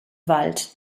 wald